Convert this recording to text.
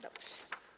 Dobrze.